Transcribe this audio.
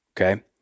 okay